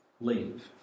leave